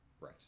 Right